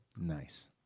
Nice